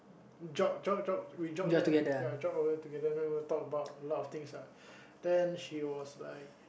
jog jog jog we jog there ah ya jog over together then we'll talk about a lot of things ah then she was like